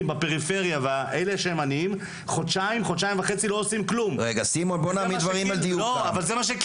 הפריפריה ולילדים העניים זה מה שאמר